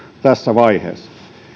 tässä vaiheessa